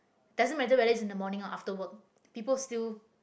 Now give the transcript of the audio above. doesn't matter whether it's in the morning or after work people still